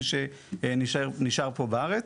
מי שנשאר פה בארץ.